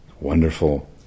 wonderful